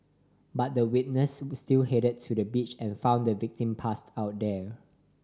but the witness still headed to the beach and found the victim passed out there